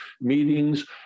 meetings